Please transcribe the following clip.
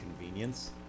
convenience